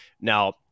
Now